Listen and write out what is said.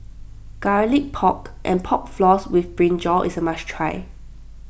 Garlic Pork and Pork Floss with Brinjal is a must try